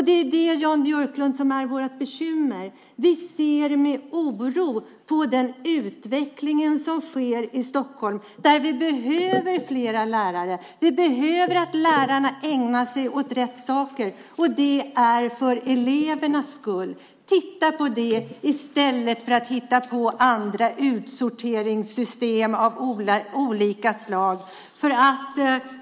Det är detta som är vårt bekymmer, Jan Björklund! Vi ser med oro på den utveckling som sker i Stockholm där vi behöver fler lärare, och lärarna behöver få ägna sig åt de rätta sakerna, för elevernas skull. Titta på det i stället för att hitta på utsorteringssystem av olika slag!